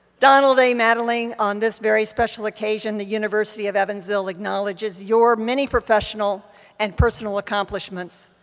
donald a. mattingly, on this very special occasion, the university of evansville acknowledges your many professional and personal accomplishments.